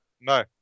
No